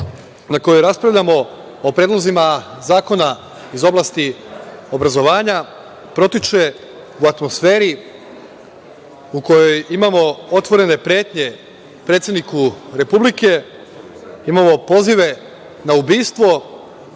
na kojoj raspravljamo o predlozima zakona iz oblasti obrazovanja, protiče u atmosferi u kojoj imamo otvorene pretnje predsedniku Republike, imamo pozive na ubistvo.